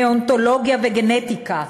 נאונטולוגיה וגנטיקה,